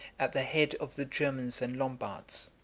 at the head of the germans and lombards.